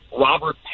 Robert